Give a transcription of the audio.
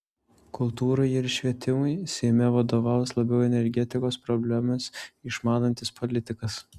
kultūrai ir švietimui seime vadovaus labiau energetikos problemas išmanantis politikas